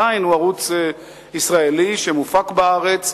ועדיין הוא ערוץ ישראלי שמופק בארץ,